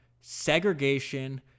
segregation